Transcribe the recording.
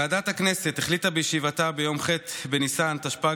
ועדת הכנסת החליטה בישיבתה ביום ח' בניסן תשפ"ג,